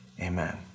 amen